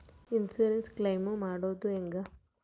Insurance claim ಮಾಡೋದು ಹೆಂಗ?